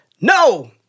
No